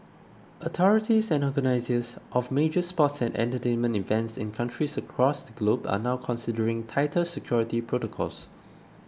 authorities and organisers of major sports and entertainment events in countries across the globe are now considering tighter security protocols